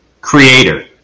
creator